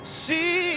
see